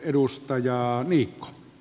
arvoisa puhemies